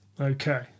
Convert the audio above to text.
Okay